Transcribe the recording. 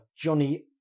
Johnny